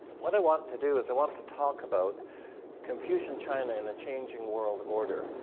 what i want to do is i want to talk about confucian china in a changing world order.